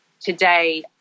today